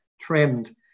trend